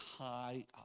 high